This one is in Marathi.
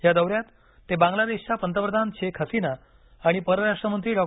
या दौऱ्यात ते बांग्लादेशच्या पंतप्रधान शेख हसीना आणि परराष्ट्र मंत्री डॉ